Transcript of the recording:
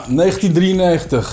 1993